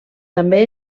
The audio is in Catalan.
també